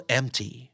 empty